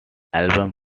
album